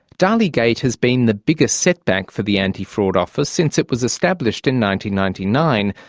dalligate has been the biggest setback for the antifraud office since it was established in ninety ninety nine,